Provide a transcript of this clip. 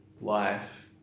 life